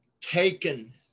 taken